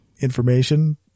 information